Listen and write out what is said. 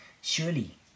surely